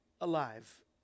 alive